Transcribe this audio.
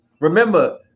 Remember